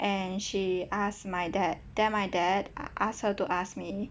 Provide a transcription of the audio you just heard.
and she asked my dad then my dad asked her to ask me